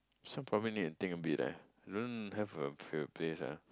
this one probably need to think a bit leh I don't have a favourite place ah